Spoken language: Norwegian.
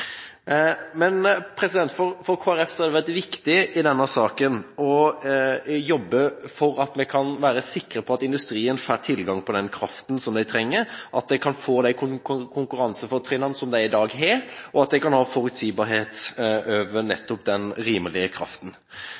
for Kristelig Folkeparti har det vært viktig i denne saken å jobbe for at vi kan være sikre på at industrien får tilgang på den kraften som de trenger, at de kan få de konkurransefortrinnene som de har i dag, og at de kan ha forutsigbarhet over nettopp den rimelige kraften.